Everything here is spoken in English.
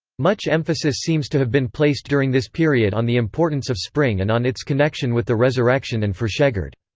much emphasis seems to have been placed during this period on the importance of spring and on its connection with the resurrection and frashegerd.